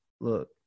look